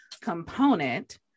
component